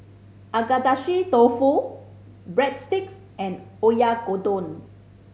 Agedashi Dofu Breadsticks and Oyakodon